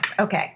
Okay